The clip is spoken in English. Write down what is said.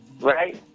right